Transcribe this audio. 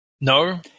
No